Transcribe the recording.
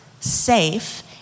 safe